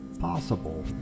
possible